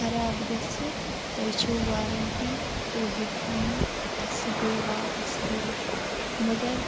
خراب گَژھِ تۄہہِ چھو وارنٛٹی تُہۍ ہیٚکہِ ہون یہِ اَسہِ بیٚیہِ واپَس کٔرِتھ مگر